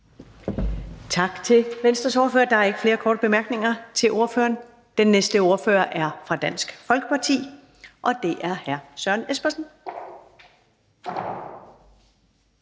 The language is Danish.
Tak til Venstres ordfører. Der er ikke flere korte bemærkninger til ordføreren. Den næste ordfører er fra Dansk Folkeparti, og det er hr. Søren Espersen.